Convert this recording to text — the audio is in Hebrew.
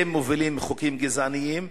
הם מובילים חוקים גזעניים